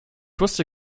wusste